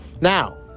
Now